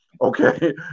Okay